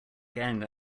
gang